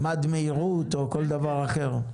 מד מהירות או כל דבר אחר.